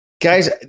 Guys